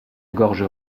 gorge